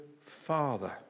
Father